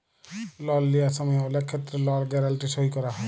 লল লিয়ার সময় অলেক ক্ষেত্রে লল গ্যারাল্টি সই ক্যরা হ্যয়